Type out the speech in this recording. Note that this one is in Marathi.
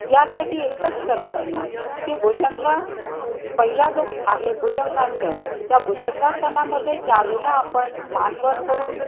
यासाठी एकच करता येईल की भुजंग पहिला जो आहे भुजंगासन या भुजंगासनामध्ये ज्यावेळेला आपण मान वर करून